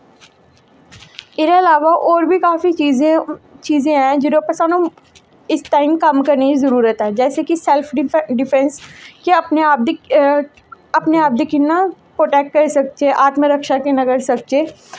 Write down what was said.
एह्दे अलावा होर बी काफी चीजें ऐं जेह्दे पर सानू इस टाइम कम्म करने दी जरूरत ऐ जैसे कि सैल्फ डिफैंस कि अपने आप दी अपने आप दी कि'यां प्रोटैक्ट करी सकचै आत्म रक्षा कि'यां करी सकचै